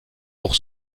pour